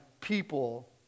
people